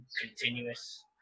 continuous